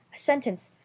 a sentence,